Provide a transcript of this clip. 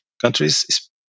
countries